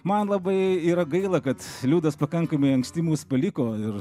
man labai yra gaila kad liudas pakankamai anksti mus paliko ir